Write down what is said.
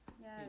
Yes